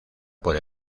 por